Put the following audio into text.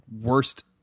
worst